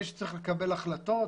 מי שצריך לקבל החלטות.